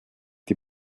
die